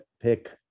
pick